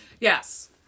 Yes